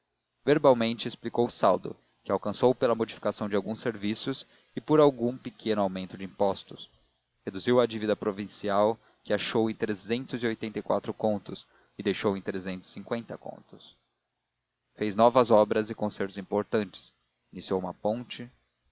verbalmente explicou o saldo que alcançou pela modificação de alguns serviços e por um pequeno aumento de impostos reduziu a dívida provincial que achou em trezentos e oitenta e quatro contos e deixou em trezentos e cinquenta contos fez obras novas e consertos importantes iniciou uma ponte